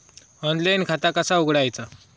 Online खाता कसा उघडायचा?